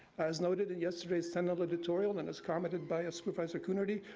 as noted in yesterday's senate editorial and is commented by supervisor coonerty,